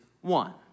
one